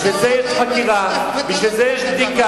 בשביל זה יש חקירה, בשביל זה יש בדיקה.